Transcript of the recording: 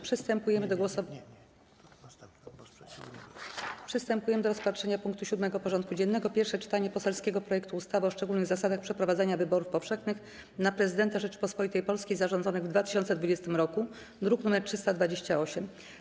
Przystępujemy do rozpatrzenia punktu 7. porządku dziennego: Pierwsze czytanie poselskiego projektu ustawy o szczególnych zasadach przeprowadzania wyborów powszechnych na Prezydenta Rzeczypospolitej Polskiej zarządzonych w 2020 r. (druk nr 328)